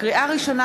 לקריאה ראשונה,